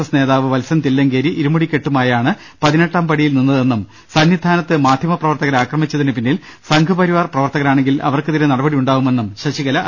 S നേതാവ് വത്സൽ തില്ലങ്കേരി ഇരുമുടിക്കെട്ടുമായാണ് പതിനെട്ടാം പടിയിൽ നിന്നതെന്നും സന്നിധാനത്ത് മാധ്യമ പ്രവർത്തകരെ അക്രമിച്ചതിന് പിന്നിൽ സംഘ്പരിവാർ പ്രവർത്തകരാണെങ്കിൽ അവർക്കെതിരെ നടപടി ഉണ്ടാവുമെന്നും ശശികല പറഞ്ഞു